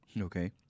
Okay